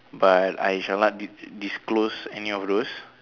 but I shall not dis~ disclose any of those